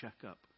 checkup